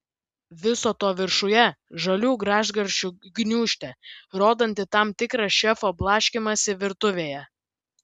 viso to viršuje žalių gražgarsčių gniūžtė rodanti tam tikrą šefo blaškymąsi virtuvėje